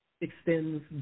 extends